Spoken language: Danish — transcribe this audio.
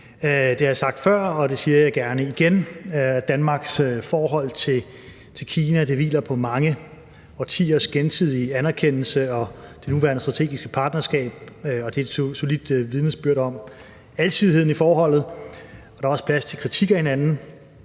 Det har jeg sagt før, og det siger jeg gerne igen: Danmarks forhold til Kina hviler på mange årtiers gensidige anerkendelse og det nuværende strategiske partnerskab. Det er et solidt vidnesbyrd om alsidigheden i forholdet, og der er også plads til kritik af hinanden.